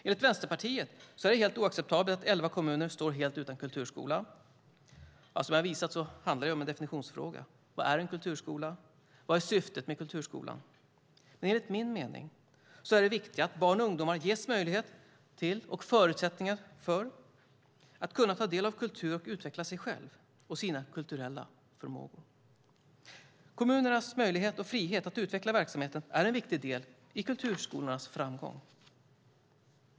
Enligt Vänsterpartiet är det helt oacceptabelt att elva kommuner står helt utan kulturskola. Som jag visat är det en definitionsfråga. Vad är en kulturskola? Vad är syftet med en kulturskola? Enligt min mening så är det viktiga att barn och ungdomar ges möjlighet till och förutsättningar för att kunna ta del av kultur och utveckla sig själva och sina kulturella förmågor. Kommunernas möjlighet och frihet att utveckla verksamheten är en viktig del i kulturskolornas framgång.